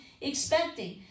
expecting